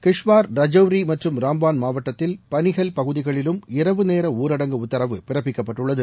கிஷ்வார் ரஜோரி மற்றும் ராம்பான் மாவட்டத்தில் பனிஹல் பகுதிகளிலும் இரவு நேர ஊரடங்கு உத்தரவு பிறப்பிக்கப்பட்டுள்ளது